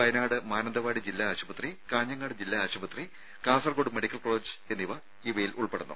വയനാട് മാനന്തവാടി ജില്ലാ ആശു പത്രി കാഞ്ഞങ്ങാട് ജില്ലാ ആശുപത്രി കാസർകോട് മെഡിക്കൽ കോളേജ് എന്നിവ് ഇതിൽ ഉൾപ്പെടുന്നു